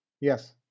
Yes